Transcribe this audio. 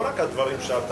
לא רק הדברים שנוח לך.